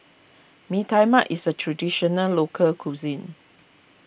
Mee Tai Mak is a Traditional Local Cuisine